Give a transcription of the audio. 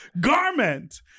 garment